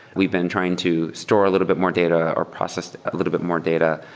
we've been trying to store a little bit more data or process a little bit more data.